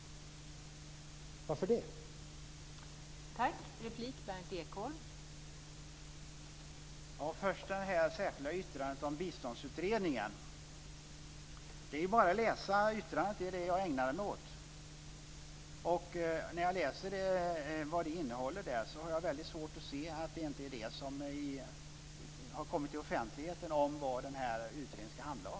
Varför?